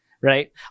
right